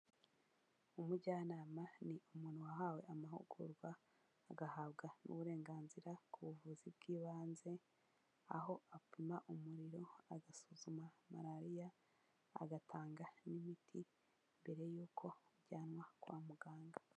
Umujyanama ni umuntu wahawe amahugurwa, agahabwa n'uburenganzira ku buvuzi bw'ibanze aho apima umuriro, agasuzuma Malariya, agatanga n'imiti mbere y'uko ujyanwa kwa muganga.